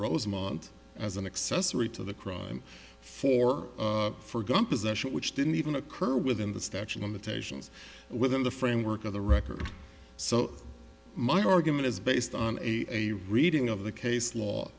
rosemont as an accessory to the crime for for gun possession which didn't even occur within the statute limitations within the framework of the record so my argument is based on a reading of the case law